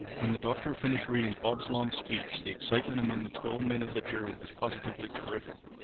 when the doctor finished reading bob's long speech the excitement among the twelve men of the jury was positively terrific.